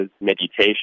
meditation